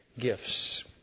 gifts